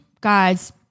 guys